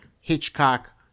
Hitchcock